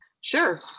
Sure